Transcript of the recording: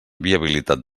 viabilitat